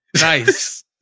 Nice